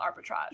arbitrage